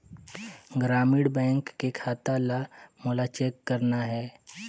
ग्रामीण बैंक के खाता ला मोला चेक करना हे?